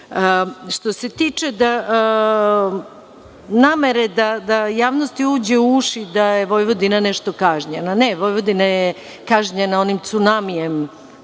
se tiče namere da javnosti uđe u uši da je Vojvodina nešto kažnjena, ne, Vojvodina je kažnjena onim cunamijem